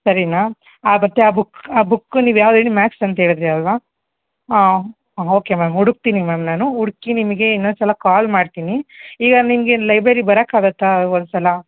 ಸರಿನಾ ಆ ಮತ್ತೆ ಆ ಬುಕ್ ಆ ಬುಕ್ಕು ನೀವು ಯಾವ್ದು ಹೇಳಿ ಮ್ಯಾಕ್ಸ್ ಅಂತ ಹೇಳಿದಿರಿ ಅಲ್ವಾ ಹಾಂ ಓಕೆ ಮ್ಯಾಮ್ ಹುಡುಕ್ತೀನಿ ಮ್ಯಾಮ್ ನಾನು ಹುಡ್ಕಿ ನಿಮಗೆ ಇನ್ನೊಂದ್ಸಲ ಕಾಲ್ ಮಾಡ್ತೀನಿ ಈಗ ನಿಂಗೇನು ಲೈಬ್ರರಿಗೆ ಬರೋಕ್ಕಾಗತ್ತಾ ಒಂದು ಸಲ